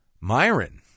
myron